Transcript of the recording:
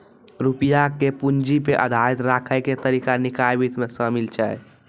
रुपया के पूंजी पे आधारित राखै के तरीका निकाय वित्त मे शामिल छै